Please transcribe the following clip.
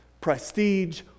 prestige